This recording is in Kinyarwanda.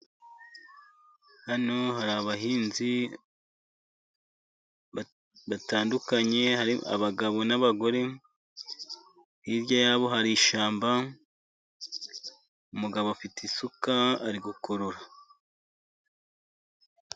Hano hari abahinzi batandukanye, hari abagabo n'abagore, hirya ya bo hari ishyamba, umugabo afite isuka, ari gukorora.